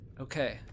Okay